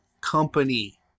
company